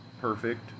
perfect